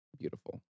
beautiful